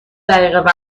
دقیقه